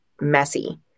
messy